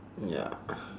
ya